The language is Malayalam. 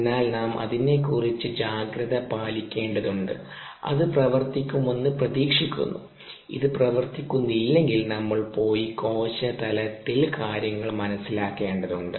അതിനാൽ നാം അതിനെക്കുറിച്ച് ജാഗ്രത പാലിക്കേണ്ടതുണ്ട് അത് പ്രവർത്തിക്കുമെന്ന് പ്രതീക്ഷിക്കുന്നു ഇത് പ്രവർത്തിക്കുന്നില്ലെങ്കിൽ നമ്മൾ പോയി കോശ തലത്തിൽ കാര്യങ്ങൾ മനസ്സിലാക്കേണ്ടതുണ്ട്